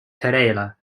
pereira